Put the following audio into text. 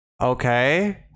okay